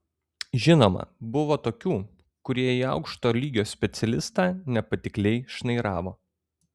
žinoma buvo tokių kurie į aukšto lygio specialistą nepatikliai šnairavo